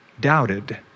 doubted